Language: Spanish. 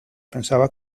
pensaba